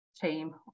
team